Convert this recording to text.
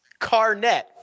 Carnett